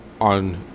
On